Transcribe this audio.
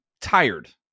tired